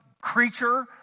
creature